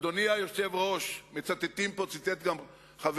אדוני היושב-ראש, מצטטים פה, ציטט גם חברי